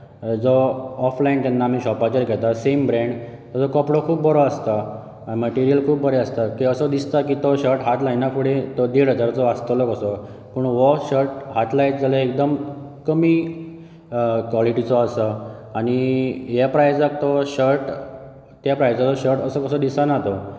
जो ऑफलायन जेन्ना आमी शॉपाचेर घेता सेम ब्रँड ताचो कपडो खूब बरो आसता मटेरियल खूब बरें आसता की असो दिसता की तो शर्ट हात लायना फुडें तो देड हजाराचो आसतलो कसो पूण हो शर्ट हात लायत जाल्यार एकदम कमी क्वालिटीचो आसा आनी ह्या प्रायजाक तो शर्ट त्या प्रायजाचो शर्ट असो कसो दिसना तो